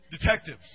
Detectives